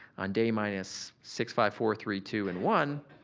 on day minus six, five, four, three, two, and one,